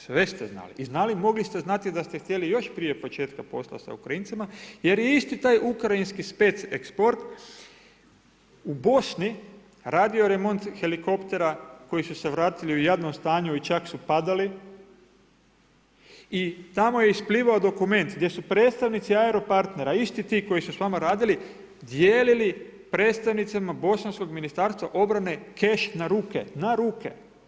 Sve ste znali i mogli ste znati da ste htjeli još prije početka posla sa Ukrajincima jer je isti taj ukrajinski Spec export u Bosni radio remont helikoptera koju se vratili u jadnom stanju i čak su padali i tamo je isplivao dokument gdje su predstavnici Aero partnera, isti ti koji su s vama radili, dijelili predstavnicima bosanskog ministarstva obrane keš na ruke, na ruke.